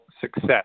success